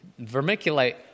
Vermiculite